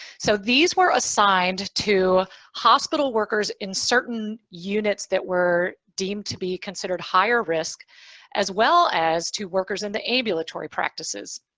so these were assigned to hospital workers in certain units that were deemed to be considered higher risk as well as to workers in the ambulatory practices.